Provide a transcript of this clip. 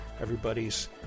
everybody's